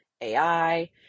AI